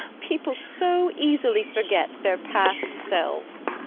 people so easily forget their past selves.